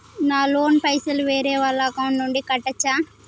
నా లోన్ పైసలు వేరే వాళ్ల అకౌంట్ నుండి కట్టచ్చా?